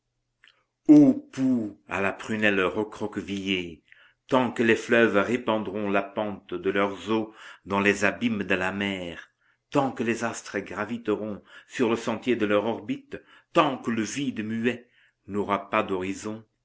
à la prunelle recroquevillée tant que les fleuves répandront la pente de leurs eaux dans les abîmes de la mer tant que les astres graviteront sur le sentier de leur orbite tant que le vide muet n'aura pas d'horizon